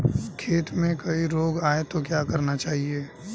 खेत में कोई रोग आये तो क्या करना चाहिए?